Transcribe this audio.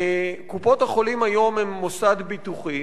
קופות-החולים היום הן מוסד ביטוחי,